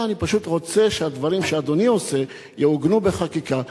אלא אני פשוט רוצה שהדברים שאדוני עושה יעוגנו בחקיקה.